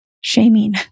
shaming